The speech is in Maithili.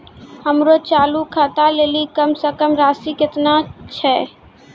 हमरो चालू खाता लेली कम से कम राशि केतना छै?